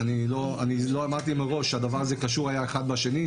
אני לא אמרתי מראש שהדבר הזה קשור היה אחד בשני,